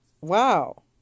wow